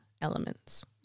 elements